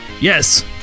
Yes